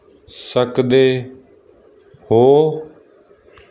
ਸਕਦੇ ਹੋ